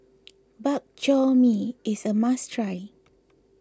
Bak Chor Mee is a must try